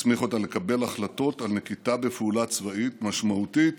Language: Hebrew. הסמיך אותה לקבל החלטות על נקיטת פעולה צבאית משמעותית